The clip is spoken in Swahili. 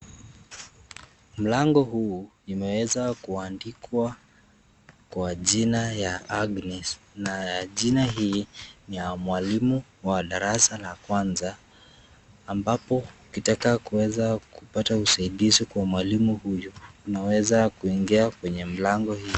Mlango huu, imeeza kuandikwa kwa jina ya Agnes, na jina hii ni ya mwalimu wa darasa la kwanza, ambapo ukiweza kutaka usaidizi kwa mwalimu huyu, unaweza kuingia kwenye mlango hii.